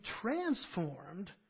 transformed